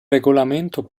regolamento